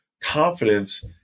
confidence